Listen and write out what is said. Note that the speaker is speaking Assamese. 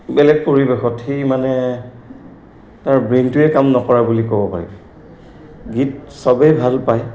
বেলেগ পৰিৱেশত সি মানে তাৰ ব্ৰেইনটোৱে কাম নকৰা বুলি ক'ব পাৰি গীত চবেই ভাল পায়